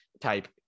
type